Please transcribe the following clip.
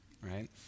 right